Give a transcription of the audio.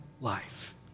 life